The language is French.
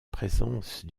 présence